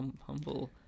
humble